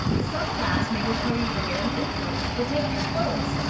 some labs may require you to wear an apron to protect your clothes.